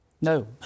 No